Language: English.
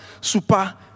super